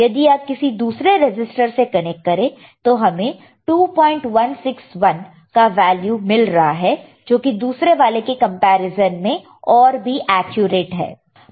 यदि आप किसी दूसरे रजिस्टर से कनेक्ट करें तो हमें 2161 का वैल्यू मिल रहा है जो कि दूसरे वाले के कंपैरिजन में और भी एक्यूरेट है